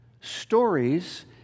stories